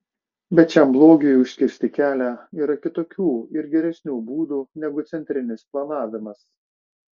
bet šiam blogiui užkirsti kelią yra kitokių ir geresnių būdų negu centrinis planavimas